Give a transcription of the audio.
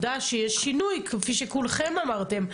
כפי שכולכם אמרתם,